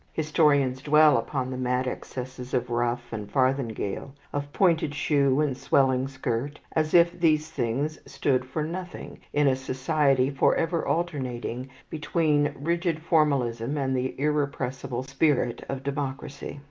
historians dwell upon the mad excesses of ruff and farthingale, of pointed shoe and swelling skirt, as if these things stood for nothing in a society forever alternating between rigid formalism and the irrepressible spirit of democracy.